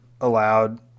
allowed